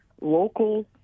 local